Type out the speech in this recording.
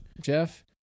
Jeff